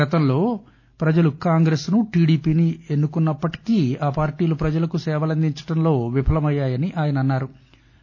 గతంలో ప్రజలు కాంగ్రెస్ ను టిడిపిని ఎన్ను కున్నప్పటికీ ఆ పార్టీలు ప్రజలకు సేవలందించడంలో విఫలమయ్యాయని అన్పారు